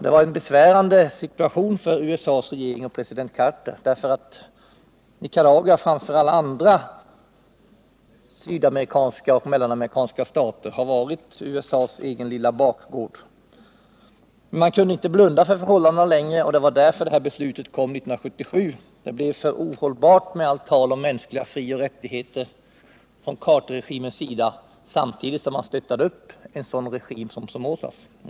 Det var en besvärande situation för USA:s regering och president Carter, därför att Nicaragua framför alla andra sydamerikanska och mellanamerikanska stater har varit USA:s egen lilla bakgård. Men man kunde inte blunda för förhållandena längre, och det var därför beslutet fattades 1977. Läget blev ohållbart — med allt tal om mänskliga frioch rättigheter från Carterregimens sida samtidigt som man stöttade en sådan regim som Somozas.